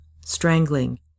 strangling